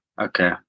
Okay